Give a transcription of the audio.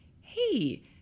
hey